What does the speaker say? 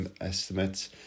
estimates